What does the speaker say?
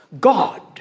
God